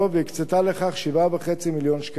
והקצתה לכך 7.5 מיליון שקלים.